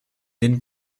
den